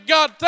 God